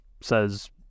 says